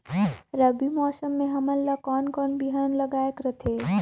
रबी मौसम मे हमन ला कोन कोन बिहान लगायेक रथे?